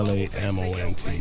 Lamont